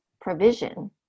provision